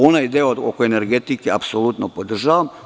Onaj deo oko energetike apsolutno podržavam.